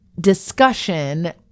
discussion